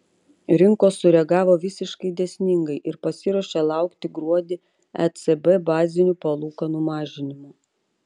rinkos sureagavo visiškai dėsningai ir pasiruošė laukti gruodį ecb bazinių palūkanų mažinimo